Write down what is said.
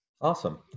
Awesome